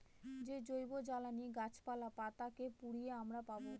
যে জৈবজ্বালানী গাছপালা, পাতা কে পুড়িয়ে আমরা পাবো